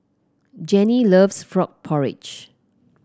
Janie loves Frog Porridge